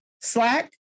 Slack